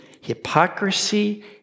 hypocrisy